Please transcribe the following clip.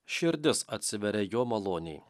širdis atsiveria jo malonei